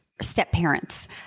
step-parents